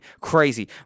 crazy